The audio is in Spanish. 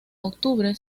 octubre